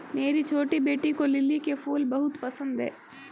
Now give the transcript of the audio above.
मेरी छोटी बेटी को लिली के फूल बहुत पसंद है